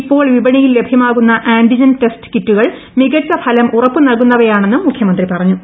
ഇപ്പോൾ വിപ്പണിയിൽ ലഭ്യമാകുന്ന ആന്റിജൻ ടെസ്റ്റ് കിറ്റുകൾ മികച്ച ഫലം ് ഉറപ്പുനൽകുന്നവയാണെന്നും മുഖ്യമന്ത്രി പറഞ്ഞു